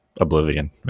oblivion